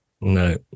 No